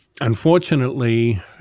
Unfortunately